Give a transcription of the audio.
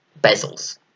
bezels